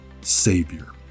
Savior